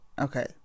Okay